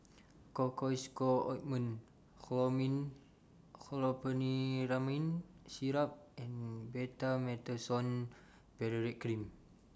Cocois Co Ointment Chlormine Chlorpheniramine Syrup and Betamethasone Valerate Cream